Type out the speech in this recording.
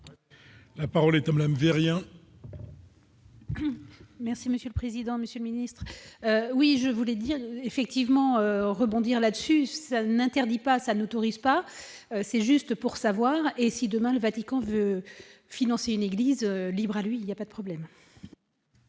La parole est un blâme V rien. Merci monsieur le président, monsieur ministre oui je voulais dire effectivement rebondir là-dessus, ça n'interdit pas, ça n'autorise pas, c'est juste pour savoir : et si demain le Vatican veut financer une église, libre à lui, il y a pas de problème.